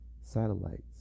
satellites